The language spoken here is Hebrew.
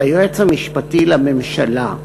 שהיועץ המשפטי לממשלה,